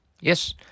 Yes